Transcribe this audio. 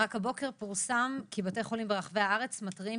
רק הבוקר פורסם כי בתי חולים ברחבי הארץ מתריעים